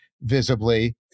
visibly